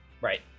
right